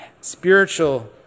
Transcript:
spiritual